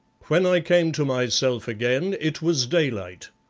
when i came to myself again, it was daylight.